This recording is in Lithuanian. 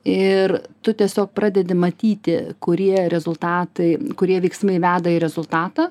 ir tu tiesiog pradedi matyti kurie rezultatai kurie veiksmai veda į rezultatą